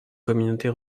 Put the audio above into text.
communautés